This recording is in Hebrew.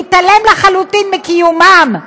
מתעלם לחלוטין מקיומה.